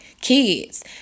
kids